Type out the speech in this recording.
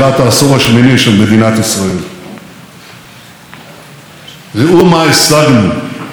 ראו מה השגנו בעשור שהסתיים זה עתה תחת הממשלות שלנו.